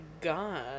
God